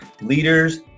Leaders